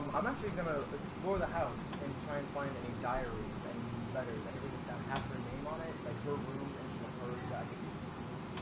um i'm actually gonna explore the house and try and find any diaries any letters anything i have her name on it like her room anything of her ease i could use